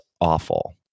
awful